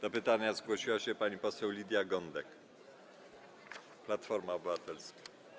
Do pytania zgłosiła się pani poseł Lidia Gądek, Platforma Obywatelska.